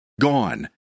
gone